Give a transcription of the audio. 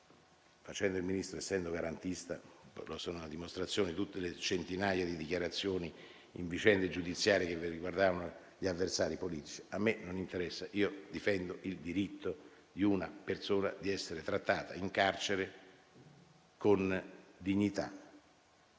facendo io il Ministro ed essendo garantista; ne sono una dimostrazione le centinaia di dichiarazioni in vicende giudiziarie che riguardavano gli avversari politici. A me non interessa; io difendo il diritto di una persona di essere trattata in carcere con dignità.